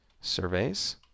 surveys